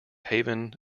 haven